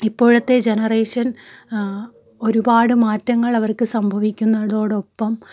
ഇപ്പോഴത്തെ ജനറേഷൻ ഒരുപാട് മാറ്റങ്ങൾ അവർക്ക് സംഭവിക്കുന്നതോടൊപ്പം